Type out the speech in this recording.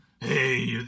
Hey